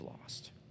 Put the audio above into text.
lost